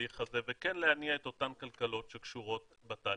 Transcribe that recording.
דוקטור שלמון?